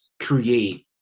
create